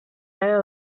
new